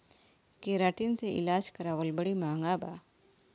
keratin से इलाज करावल बड़ी महँगा बा